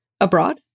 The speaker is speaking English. abroad